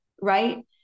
right